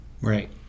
Right